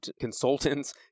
consultants